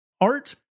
art